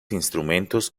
instrumentos